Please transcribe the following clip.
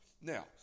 Now